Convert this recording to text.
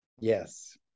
Yes